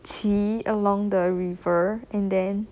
see along the river and then